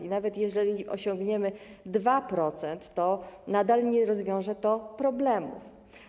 I nawet jeżeli osiągniemy 2%, to nadal nie rozwiąże to problemów.